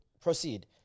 proceed